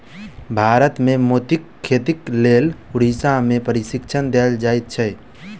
भारत मे मोतीक खेतीक लेल उड़ीसा मे प्रशिक्षण देल जाइत छै